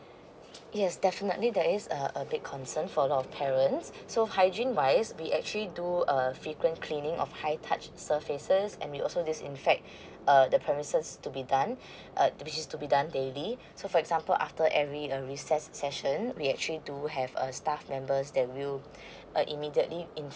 yes definitely there is a a big concern for a lot of parents so hygiene wise we actually do a frequent cleaning of high touch surfaces and we also disinfect uh the premises to be done uh which is to be done daily so for example after every uh recess session we actually do have a staff members that will immediately in